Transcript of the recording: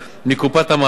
מקופת המעביד,